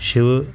Shiv